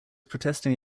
protesting